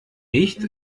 nicht